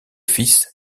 fils